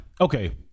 okay